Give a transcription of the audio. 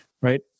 right